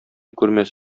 күрмәс